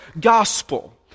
gospel